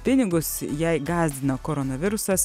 pinigus jei gąsdina koronavirusas